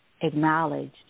acknowledged